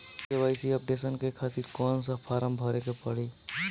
KYC updation के खातिर कौन सा फारम भरे के पड़ी?